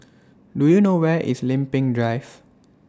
Do YOU know Where IS Lempeng Drive